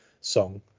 song